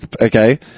okay